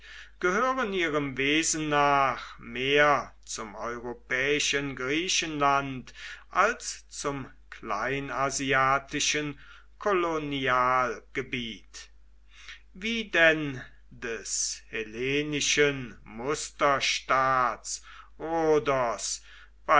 gehören ihrem wesen nach mehr zum europäischen griechenland als zum kleinasiatischen kolonialgebiet wie denn des hellenischen